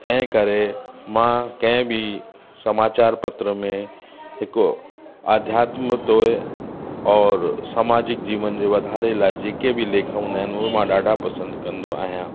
ऐं करे मां कंहिं बि समाचार पत्र में हिकु आध्यत्म ते और समाजिक जीवन जे वाधारे लाइ जेके बि लेख हूंदा आहिनि उहे मां ॾाढा पसंदि कंदो आहियां